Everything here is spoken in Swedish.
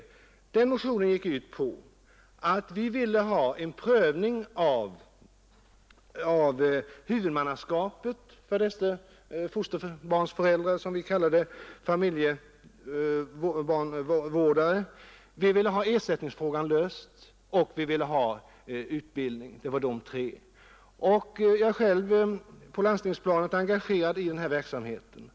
Ifrågavarande motion gick ut på att vi ville ha en prövning av huvudmannaskapet för familjebarnvårdare — eller fosterbarnsföräldrar, som vi kallar dem. Vi ville ha ersättningsfrågan löst och vi ville ha utbildning på detta område. Jag är själv på landstingsplanet engagerad i denna verksamhet.